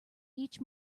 each